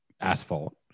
asphalt